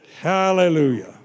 Hallelujah